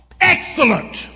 Excellent